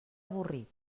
avorrit